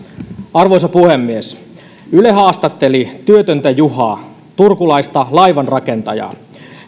arvoisa puhemies yle haastatteli työtöntä juhaa turkulaista laivanrakentajaa